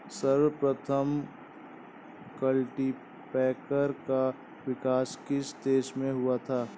सर्वप्रथम कल्टीपैकर का विकास किस देश में हुआ था?